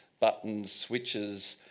buttons, switches,